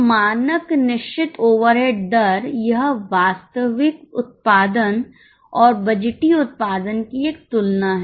तो मानक निश्चित ओवरहेड दर यह वास्तविक उत्पादन और बजटीय उत्पादन की एक तुलना है